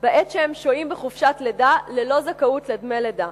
בעת שהם שוהים בחופשת לידה ללא זכאות לדמי לידה.